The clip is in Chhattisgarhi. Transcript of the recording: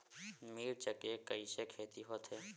मिर्च के कइसे खेती होथे?